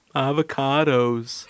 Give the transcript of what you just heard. avocados